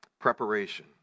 Preparation